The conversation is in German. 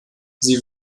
sie